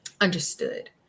understood